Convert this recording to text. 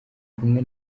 kumwe